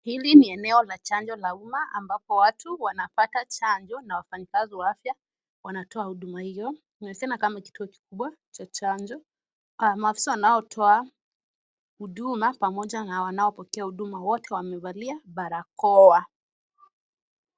Hili ni eneo la chanjo la umma ambapo watu wanapata chanjo na wafanyikazi wa afya wanatoa huduma hio. Ni sehemu kama kituo kikubwa cha chanjo. Maafisa wanaotoa huduma pamoja na wanaopokea huduma wote wamevalia barakoa.